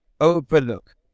overlook